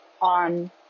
on